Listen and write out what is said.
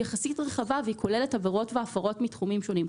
יחסית רחבה והיא כוללת עבירות והפרות מתחומים שונים.